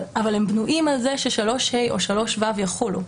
אבל הם בנויים על זה ש-3ה או 3ו יחולו.